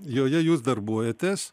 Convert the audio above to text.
joje jūs darbuojatės